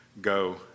go